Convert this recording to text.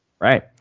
Right